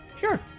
Sure